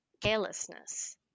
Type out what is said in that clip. carelessness